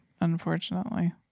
Unfortunately